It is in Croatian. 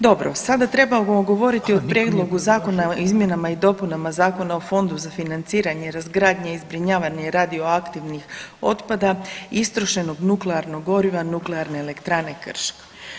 Dobro, sada treba govoriti o Prijedlogu zakona o izmjenama i dopunama zakona o Fondu za financiranje, razgradnje i zbrinjavanje radioaktivnih otpada, istrošenog nuklearnog goriva nuklearne elektrane Krško.